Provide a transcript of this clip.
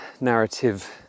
narrative